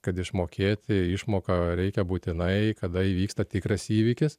kad išmokėti išmoką reikia būtinai kada įvyksta tikras įvykis